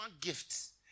gifts